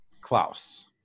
Klaus